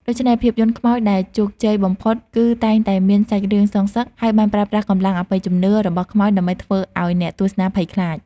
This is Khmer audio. ដូចនេះ ភាពយន្តខ្មោចដែលជោគជ័យបំផុតគឺតែងតែមាន សាច់រឿងសងសឹក ហើយបានប្រើប្រាស់កម្លាំងអបិយជំនឿ របស់ខ្មោចដើម្បីធ្វើឲ្យអ្នកទស្សនាភ័យខ្លាច។